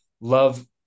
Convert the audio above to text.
love